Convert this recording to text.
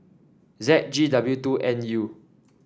Z G W two N U